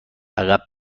عقب